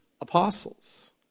apostles